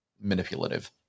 manipulative